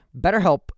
BetterHelp